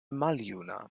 maljuna